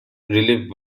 relief